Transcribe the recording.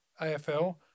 AFL